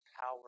power